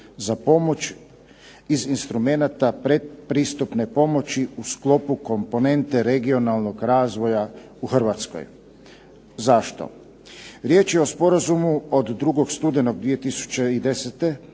za pomoć iz instrumenata pretpristupne pomoći u sklopu komponente regionalnog razvoja u Hrvatskoj. Zašto? Riječ je o sporazumu od 2. studenog 2010.